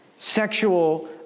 Sexual